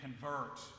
convert